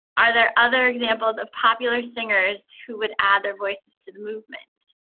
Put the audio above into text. are there other examples of popular singers who would add their voices to the movement?